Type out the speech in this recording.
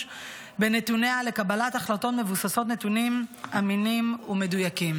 בנתוניה לקבלת ההחלטות מבוססות נתונים אמינים ומדויקים,